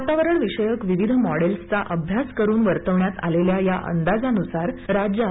वातावण विषयक विविध मॉडेल्सचा अभ्यास करून वर्तवण्यात आलेल्या या अंदाजानुसार राज्यात